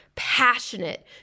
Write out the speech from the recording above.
passionate